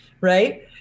right